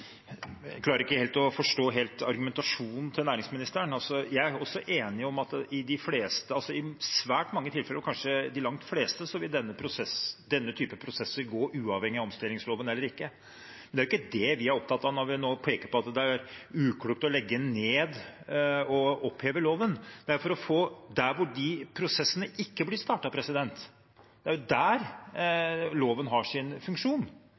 klarer ikke helt å forstå argumentasjonen til næringsministeren. Jeg er også enig i at i svært mange tilfeller og kanskje i de langt fleste vil denne typen prosesser gå uavhengig av omstillingsloven. Det er jo ikke det vi er opptatt av når vi nå peker på at det er uklokt å legge ned og oppheve loven. Det er for å få det til der hvor de prosessene ikke blir startet. Det er jo der loven har sin funksjon.